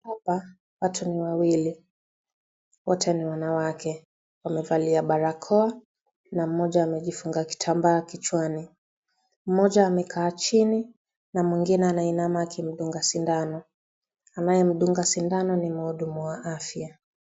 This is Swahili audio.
Hapa watu ni wawili .Wote ni wanawake wamevalia barakoa ,na mmoja amejifunga kitamba kichwani .Mmoja amekaa chini na mwingine ameinama akimdunga sindano, anayemdunga sindano ni mhudumu wa afya.